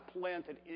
planted